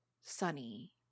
Sunny